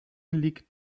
liegt